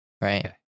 right